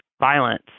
violence